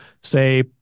say